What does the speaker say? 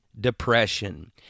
depression